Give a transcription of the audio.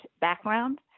background